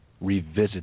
revisit